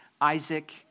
Isaac